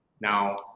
Now